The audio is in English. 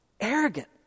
arrogant